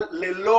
ללא